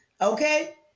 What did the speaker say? Okay